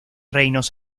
reinos